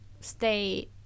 stay